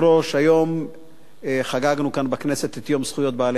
היום חגגנו כאן בכנסת את יום זכויות בעלי-החיים.